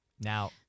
Now